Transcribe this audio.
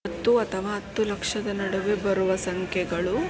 ಹತ್ತು ಅಥವಾ ಹತ್ತು ಲಕ್ಷದ ನಡುವೆ ಬರುವ ಸಂಖ್ಯೆಗಳು